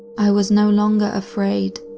i was no longer afraid,